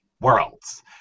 Worlds